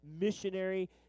missionary